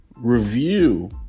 review